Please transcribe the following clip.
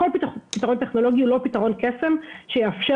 אין פתרון טכנולוגי שהוא פתרון קסם שיאפשר